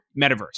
metaverse